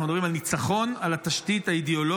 אנחנו מדברים על ניצחון על התשתית האידיאולוגית,